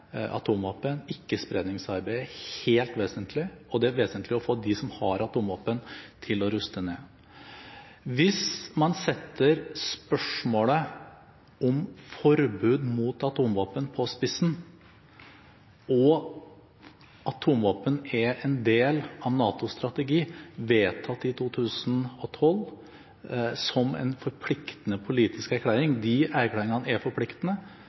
er helt vesentlig, og det er vesentlig å få dem som har atomvåpen, til å ruste ned. Hvis man setter spørsmålet om forbud mot atomvåpen på spissen, og atomvåpen er en del av NATOs strategi, vedtatt i 2012, som en forpliktende politisk erklæring – de erklæringene er forpliktende